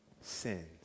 sins